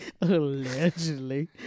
allegedly